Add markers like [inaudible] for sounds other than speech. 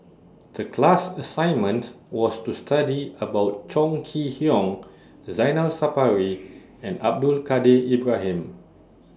The class assignment was to study about Chong Kee Hiong [noise] Zainal Sapari [noise] and Abdul Kadir Ibrahim